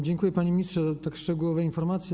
Dziękuję, panie ministrze, za tak szczegółowe informacje.